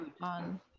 on